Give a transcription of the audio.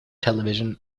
television